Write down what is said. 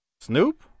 Snoop